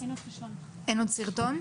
אין סרטון?